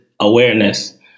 awareness